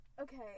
okay